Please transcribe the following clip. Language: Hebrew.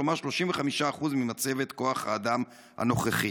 כלומר 35% ממצבת כוח האדם הנוכחית".